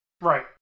Right